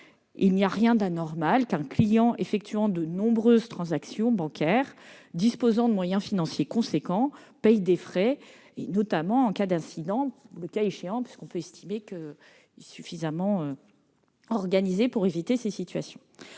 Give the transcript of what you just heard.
Il n'y a rien d'anormal à ce qu'un client effectuant de nombreuses transactions bancaires et disposant de moyens financiers importants paye des frais, notamment en cas d'incident ; on peut effectivement estimer qu'il est suffisamment organisé pour éviter une telle situation.